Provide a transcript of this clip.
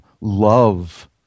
love